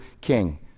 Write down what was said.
king